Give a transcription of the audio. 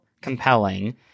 compelling